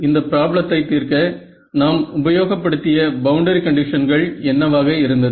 இந்த பிராப்ளத்தை தீர்க்க நாம் உபயோகப்படுத்திய பவுண்டரி கண்டிஷன்கள் என்னவாக இருந்தது